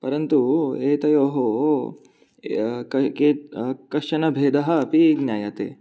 परन्तु एतयोः कश्चन भेदः अपि ज्ञायते